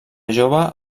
jove